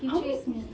he accuse me